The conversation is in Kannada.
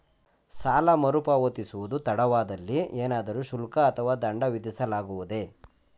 ಸಾಲ ಮರುಪಾವತಿಸುವುದು ತಡವಾದಲ್ಲಿ ಏನಾದರೂ ಶುಲ್ಕ ಅಥವಾ ದಂಡ ವಿಧಿಸಲಾಗುವುದೇ?